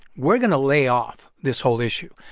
we're going to lay off this whole issue.